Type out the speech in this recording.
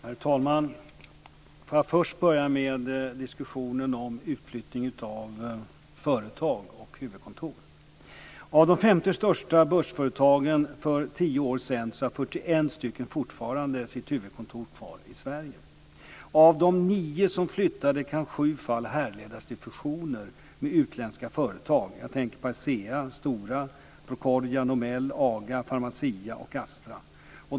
Herr talman! Får jag först börja med diskussionen om utflyttning av företag och huvudkontor. Av de 50 börsföretag som var störst för 10 år sedan har 41 stycken fortfarande sitt huvudkontor kvar i Sverige. Av de 9 som flyttade kan 7 fall härledas till fusioner med utländska företag. Jag tänker på Asea, Stora, Procordia, Nobel, AGA, Pharmacia och Astra.